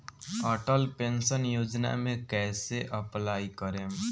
Atal pension Yojana मे कैसे apply करेम?